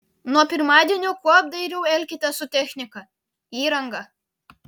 nuo pirmadienio kuo apdairiau elkitės su technika įranga